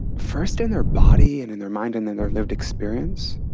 first in their body and in their mind and in their lived experience,